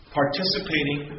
participating